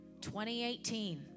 2018